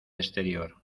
exterior